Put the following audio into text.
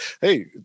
Hey